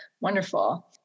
Wonderful